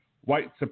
white